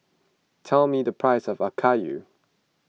tell me the price of Okayu